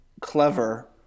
clever